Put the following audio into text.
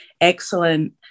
excellent